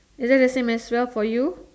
isn't the same as well for you